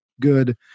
good